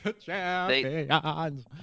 champions